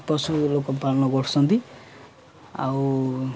ପଶୁ ଲୋକ ପାଳନ କରୁଛନ୍ତି ଆଉ